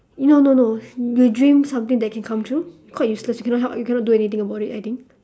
no no no you dream something that can come true quite useless you cannot h~ you cannot do anything about it I think